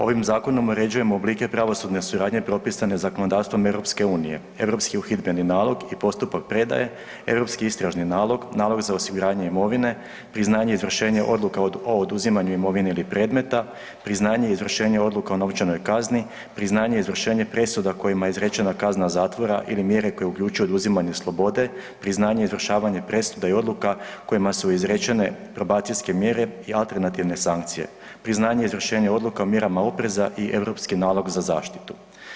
Ovim zakonom uređujemo oblike pravosudne suradnje propisane zakonodavstvom EU, Europski uhidbeni nalog i postupak predaje, Europski istražni nalog, nalog za osiguranje imovine, priznanje izvršenja odluka o oduzimanju imovine ili predmeta, priznanje izvršenja odluka o novčanoj kazni, priznanje izvršenja presuda kojima je izrečena kazna zatvora ili mjere koje uključuju oduzimanje slobode, priznanje izvršavanja presuda i odluka kojima su izrečene probacijske mjere i alternativne sankcije, priznanje izvršenja odluka o mjerama opreza i Europski nalog za zaštitu.